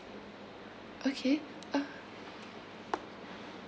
okay uh